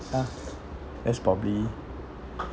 ya that's probably